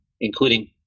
including